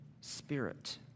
spirit